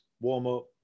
warm-up